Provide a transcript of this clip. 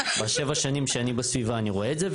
כבר שבע השנים שאני בסביבה ואני רואה את זה,